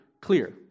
clear